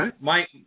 Mike